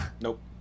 Nope